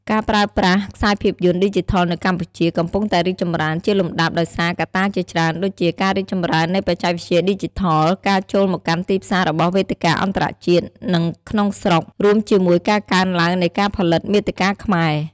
ការប្រើប្រាស់ខ្សែភាពយន្តឌីជីថលនៅកម្ពុជា កំពុងតែរីកចម្រើនជាលំដាប់ ដោយសារកត្តាជាច្រើន ដូចជា ការរីកចម្រើននៃបច្ចេកវិទ្យាឌីជីថល ការចូលមកកាន់ទីផ្សាររបស់វេទិកាអន្តរជាតិ និងក្នុងស្រុក រួមជាមួយការកើនឡើងនៃការផលិតមាតិកាខ្មែរ។